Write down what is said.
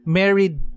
married